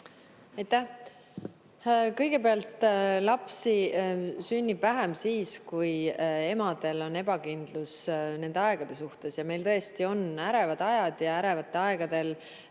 Aitäh! Kõigepealt, lapsi sünnib vähem siis, kui emadel on ebakindlus nende aegade suhtes. Meil tõesti on ärevad ajad ja ärevatel aegadel